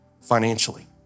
financially